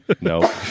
No